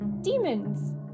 demons